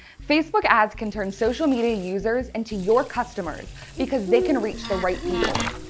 facebook ads can turn social media users into your customers because they can reach the right people.